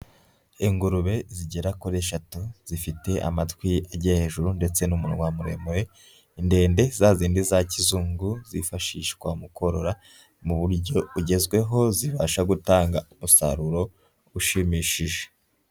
Ingurube zigera kuri eshatu zifite amatwi agiye hejuru ndetse n'umunwa muremure, ni ndende za zindi za kizungu zifashishwa mu korora mu buryo bugezweho, zibasha gutanga umusaruro ushimishije.